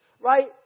right